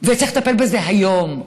וצריך לטפל בזה היום,